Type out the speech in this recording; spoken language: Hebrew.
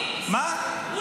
מה קשור?